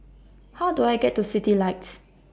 How Do I get to Citylights